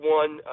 one